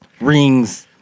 rings